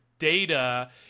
data